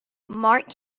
marked